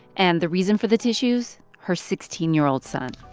and the reason for the tissues? her sixteen year old son